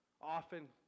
often